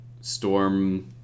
Storm